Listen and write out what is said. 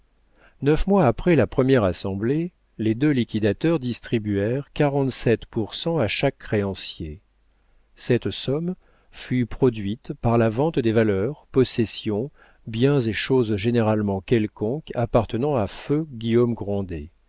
neuf mois après la première assemblée les deux liquidateurs distribuèrent quarante-sept pour cent à chaque créancier cette somme fut produite par la vente des valeurs possessions biens et choses généralement quelconques appartenant à feu guillaume grandet